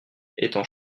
étant